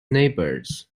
neighbours